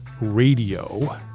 Radio